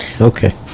okay